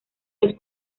los